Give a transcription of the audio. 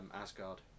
Asgard